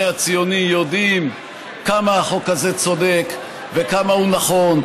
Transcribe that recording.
הציוני יודעים כמה החוק הזה צודק וכמה הוא נכון,